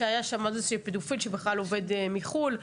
היה שם פדופיל שבכלל עובד מחו"ל,